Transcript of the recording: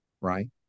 right